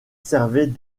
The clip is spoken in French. servait